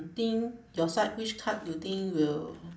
think your side which card do you think will